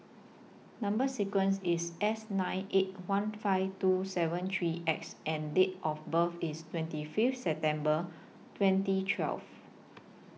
Number sequence IS S nine eight one five two seven three X and Date of birth IS twenty Fifth September twenty twelve